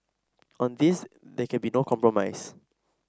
on this there can be no compromise